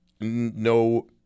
No